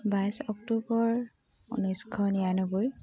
বাইছ অক্টোবৰ ঊনৈছশ নিৰান্নবৈ